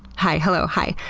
hi, hello, hi.